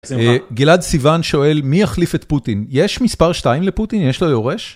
גלעד סיון שואל מי יחליף את פוטין? יש מספר 2 לפוטין? יש לו יורש?